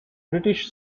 british